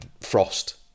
frost